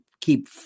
keep